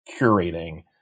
curating